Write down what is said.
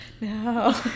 No